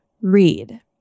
read